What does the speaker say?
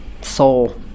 soul